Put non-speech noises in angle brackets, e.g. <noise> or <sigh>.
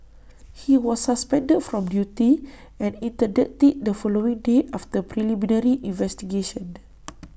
he was suspended from duty and interdicted the following day after preliminary investigations <noise>